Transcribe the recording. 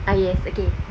ah yes okay